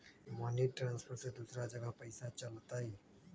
Money transfer से दूसरा जगह पईसा चलतई?